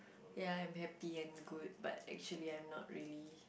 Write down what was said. ya I'm happy and good but actually I'm not really